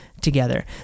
together